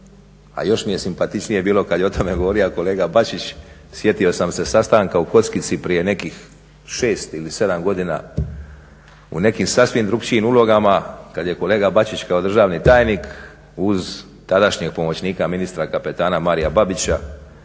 A još mi je simpatičnije bilo kad je o tome govorio kolega Bačić, sjetio sam se sastanka u kockici prije nekih 6 ili 7 godina u nekim sasvim drukčijim ulogama kada je kolega Bačić kao državni tajnik uz tadašnjeg pomoćnika ministra kapetana Marija Babića